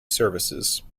services